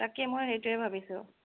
তাকে মই সেইটোয়েই ভাবিছোঁ